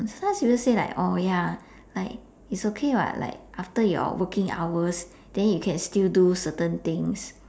sometimes you just say like oh ya it's okay [what] like after your working hours then you can still do certain things